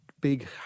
Big